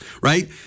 right